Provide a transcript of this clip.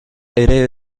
ere